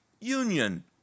union